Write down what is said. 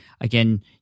again